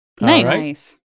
Nice